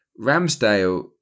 Ramsdale